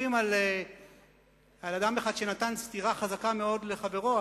מספרים על אדם אחד שנתן סטירה חזקה מאוד לחברו,